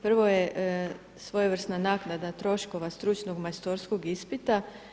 Prvo je svojevrsna naknada troškova stručnog i majstorskog ispita.